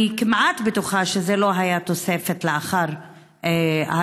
אני כמעט בטוחה שזה לא היה תוספת לאחר האישור,